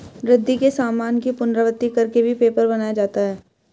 रद्दी के सामान की पुनरावृति कर के भी पेपर बनाया जाता है